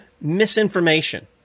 misinformation